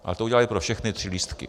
A to udělali pro všechny tři lístky.